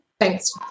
Thanks